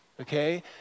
Okay